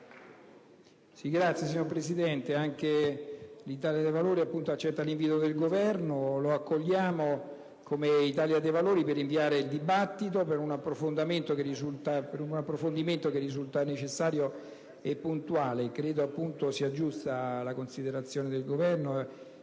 *(IdV)*. Signor Presidente, anche l'Italia dei Valori accetta l'invito del Governo. Lo accogliamo, come Italia dei Valori, per rinviare il dibattito per un approfondimento che risulta necessario e puntuale. Credo sia giusta la considerazione del Governo